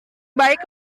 baik